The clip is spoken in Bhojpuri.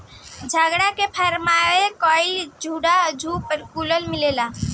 झगड़ा में फेरसा, कल, झाड़ू, सूप कुल मिलेला